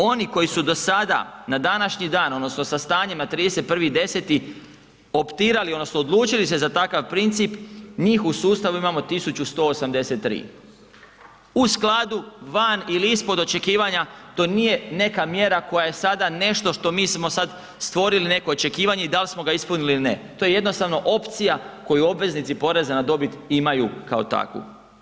Oni koji su do sada, na današnji dan odnosno sa stanjem na 31.10. optirali odnosno odlučili se za takav princip, njih u sustavu imamo 1183, u skladu, van ili ispod očekivanja to nije neka mjera koja je sada nešto što mi smo sad stvorili neko očekivanje i dal smo ga ispunili ili ne, to je jednostavno opcija koju obveznici poreza na dobit imaju kao takvu.